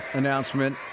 announcement